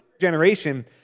generation